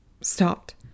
stopped